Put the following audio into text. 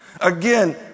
Again